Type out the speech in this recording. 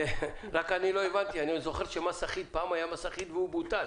אני לא הבנתי אני זוכר שפעם היה מס אחיד והוא בוטל,